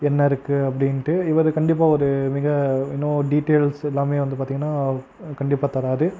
என்ன இருக்குது அப்படின்ட்டு இவரு கண்டிப்பாக ஒரு மிக இன்னும் டீடெயில்ஸ் எல்லாமே வந்து பார்த்திங்னா கண்டிப்பாக தராது